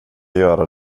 göra